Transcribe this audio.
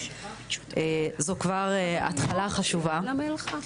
זו כבר התחלה חשובה.